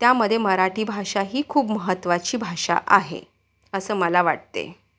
त्यामध्ये मराठी भाषा ही खूप महत्त्वाची भाषा आहे असं मला वाटते